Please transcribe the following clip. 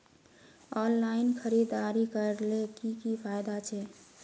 Online खरीदारी करले की की फायदा छे?